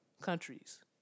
countries